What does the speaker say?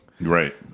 Right